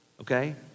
okay